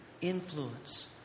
influence